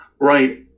Right